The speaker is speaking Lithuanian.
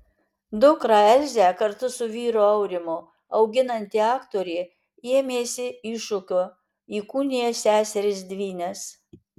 dukrą elzę kartu su vyru aurimu auginanti aktorė ėmėsi iššūkio įkūnija seseris dvynes